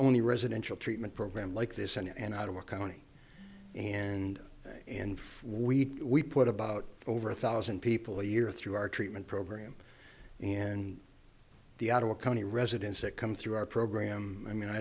only residential treatment program like this in and out of our county and and we put about over a thousand people a year through our treatment program and the out of our county residents that come through our program i mean i